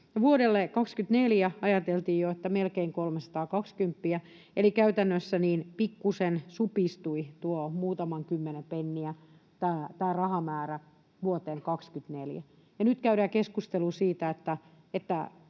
Vuodelle 24 ajateltiin jo, että melkein 320, eli käytännössä pikkuisen supistui, muutaman kymmenen senttiä, tämä rahamäärä vuoteen 24. Nyt käydään keskustelua siitä,